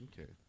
okay